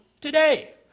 today